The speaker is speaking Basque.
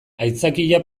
aitzakia